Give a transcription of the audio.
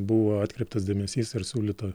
buvo atkreiptas dėmesys ir siūlyta